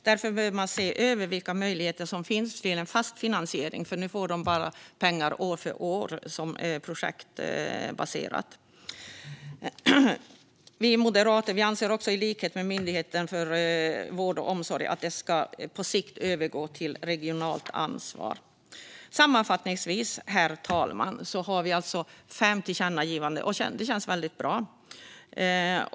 Därför bör man se över vilka möjligheter som finns till fast finansiering, för nu får de pengar år för år, projektbaserat. Vi moderater anser i likhet med Myndigheten för vård och omsorgsanalys att det på sikt ska övergå till ett regionalt ansvar. Sammanfattningsvis, herr talman, har vi fem tillkännagivanden, och det känns väldigt bra.